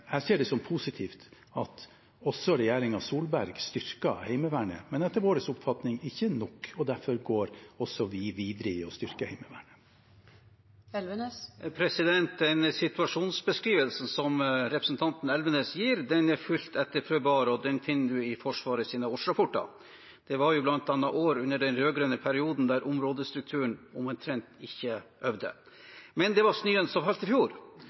Jeg ser det som positivt at også regjeringen Solberg styrket Heimevernet, men etter vår oppfatning ikke nok. Derfor går vi videre i å styrke Heimevernet. Den situasjonsbeskrivelsen som representanten Elvenes gir, er fullt etterprøvbar, og den finner man i Forsvarets årsrapporter. Det var bl.a. år under den rød-grønne perioden da områdestrukturen omtrent ikke øvde. Men det var snøen som falt i fjor.